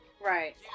Right